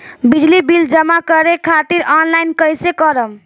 बिजली बिल जमा करे खातिर आनलाइन कइसे करम?